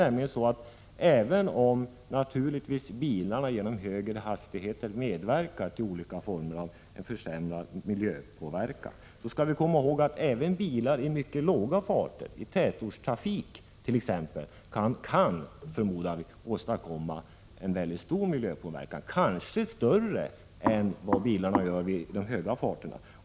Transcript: Även om bilarna vid högre hastigheter medverkar till olika former av försämrande miljöpåverkan, skall vi komma ihåg att bilar även i mycket låga farter, t.ex. i tätortstrafik, kan förmodas åstadkomma en stor miljöpåverkan, kanske t.o.m. större än vid de höga farterna.